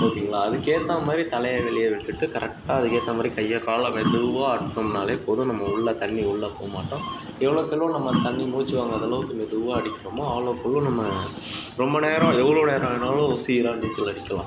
ஓகேங்களா அதுக்கேற்ற மாதிரி தலையை வெளியே விட்டுட்டு கரெக்ட்டாக அதுக்கேற்ற மாதிரி கையை காலை மெதுவாக ஆட்டுனோம்னால் போதும் நம்ம உள்ளே தண்ணிவுள்ளே போக மாட்டோம் எவ்வளோக்கு எவ்வளோ நம்ம தண்ணி மூச்சு வாங்காத அளவுக்கு மெதுவாக அடிக்கிறோமோ அவ்வளோக்கு அவ்வளோ நம்ம ரொம்ப நேரம் எவ்வளோ நேரம் ஆனாலும் சீராக நீச்சல் அடிக்கலாம்